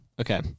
Okay